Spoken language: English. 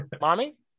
Mommy